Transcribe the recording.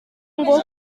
ngo